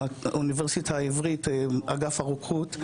האוניברסיטה העברית, אגף הרוקחות,